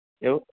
एवं